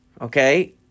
okay